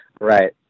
Right